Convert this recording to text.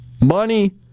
Money